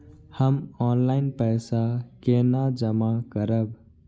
हम ऑनलाइन पैसा केना जमा करब?